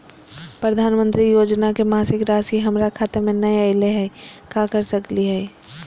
प्रधानमंत्री योजना के मासिक रासि हमरा खाता में नई आइलई हई, का कर सकली हई?